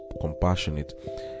compassionate